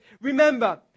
remember